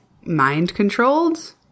mind-controlled